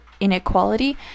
inequality